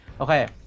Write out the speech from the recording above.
Okay